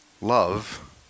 love